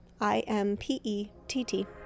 I-M-P-E-T-T